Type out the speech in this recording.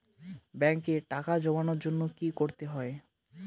ব্যাংকে টাকা জমানোর জন্য কি কি করতে হয়?